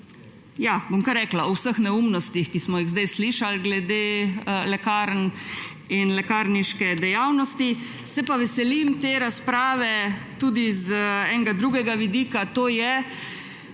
ja, bom kar rekla – o vseh neumnostih, ki smo jih zdaj slišali glede lekarn in lekarniške dejavnosti. Se pa veselim te razprave tudi z enega drugega vidika. To je,